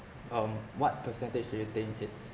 um what percentage do you think it's